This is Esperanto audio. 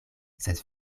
sed